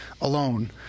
alone